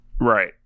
right